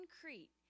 concrete